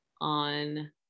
on